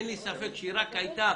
אין לי ספק שהיא רק הייתה